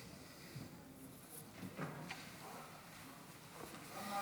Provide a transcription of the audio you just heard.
כמה